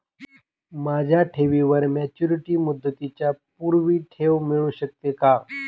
माझ्या ठेवीवर मॅच्युरिटी मुदतीच्या पूर्वी ठेव मिळू शकते का?